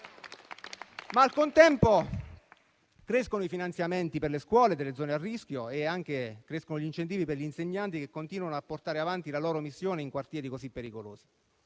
Al contempo crescono i finanziamenti per le scuole delle zone a rischio e crescono anche gli incentivi per gli insegnanti che continuano a portare avanti la loro missione in quartieri così pericolosi.